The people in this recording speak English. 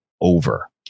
over